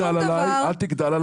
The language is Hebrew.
אל תגדל עליי.